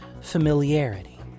familiarity